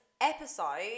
episode